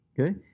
Okay